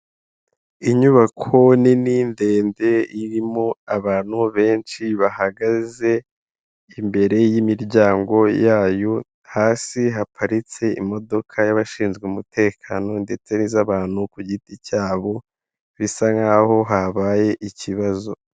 Inyubako nini ndende irimo abantu benshi bahagaze imbere y'imiryango yayo, hasi haparitse imodoka y'abashinzwe umutekano ndetse n'iz'abantu ku giti cyabo bisa nkaho habaye ikibazo.